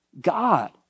God